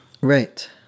Right